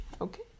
Okay